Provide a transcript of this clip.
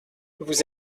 vous